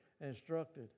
instructed